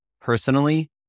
personally